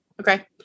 Okay